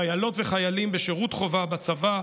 חיילות וחיילים בשירות חובה בצבא.